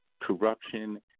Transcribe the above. corruption